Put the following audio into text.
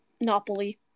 Napoli